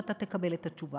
ואתה תקבל את התשובה.